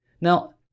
Now